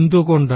എന്തുകൊണ്ട്